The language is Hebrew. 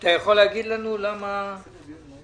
אתה יכול להגיד לנו למה זה קורה?